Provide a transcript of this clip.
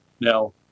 Now